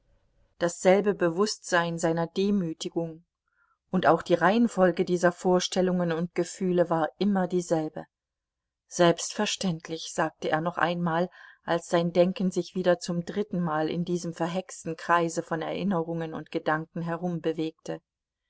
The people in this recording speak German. dasselbe bewußtsein seiner demütigung und auch die reihenfolge dieser vorstellungen und gefühle war immer dieselbe selbstverständlich sagte er noch einmal als sein denken sich wieder zum drittenmal in diesem verhexten kreise von erinnerungen und gedanken